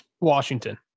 Washington